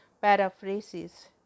paraphrases